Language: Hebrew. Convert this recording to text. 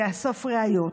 תאסוף ראיות,